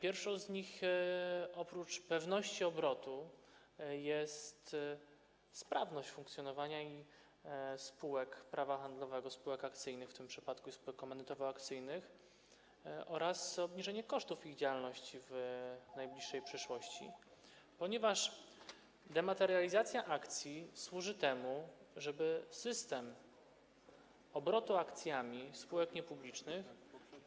Pierwszą z nich, oprócz pewności obrotu, jest sprawność funkcjonowania spółek prawa handlowego, w tym przypadku spółek akcyjnych i spółek komandytowo-akcyjnych, oraz obniżenie kosztów ich działalności w najbliższej przyszłości, ponieważ dematerializacja akcji służy temu, żeby system obrotu akcjami spółek niepublicznych